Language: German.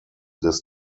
des